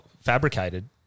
fabricated